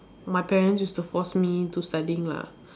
my parents used to force me to studying lah